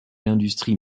l’industrie